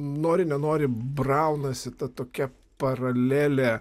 nori nenori braunasi ta tokia paralelė